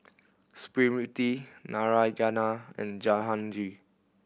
Smriti Narayana and Jahangir